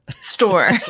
Store